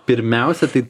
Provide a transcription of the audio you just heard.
pirmiausia tai